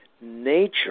nature